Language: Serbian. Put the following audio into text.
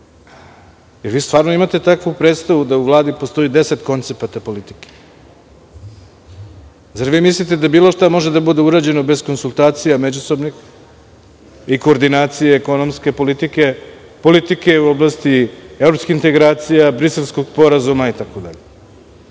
stvarno imate takvu predstavu da u Vladi postoji deset koncepata politike? Zar vi mislite da bilo šta može da bude urađeno bez međusobnih konsultacija i koordinacije i ekonomske politike, politike u oblasti evropskih integracija, Briselskog sporazuma